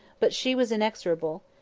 but she was inexorable.